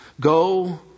Go